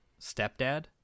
stepdad